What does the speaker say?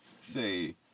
say